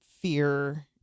fear